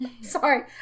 Sorry